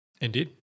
Indeed